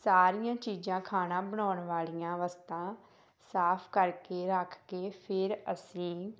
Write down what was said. ਸਾਰੀਆਂ ਚੀਜ਼ਾਂ ਖਾਣਾ ਬਣਾਉਣ ਵਾਲੀਆਂ ਵਸਤਾਂ ਸਾਫ਼ ਕਰਕੇ ਰੱਖ ਕੇ ਫਿਰ ਅਸੀਂ